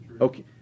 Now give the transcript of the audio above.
Okay